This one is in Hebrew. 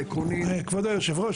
כבוד יושב הראש,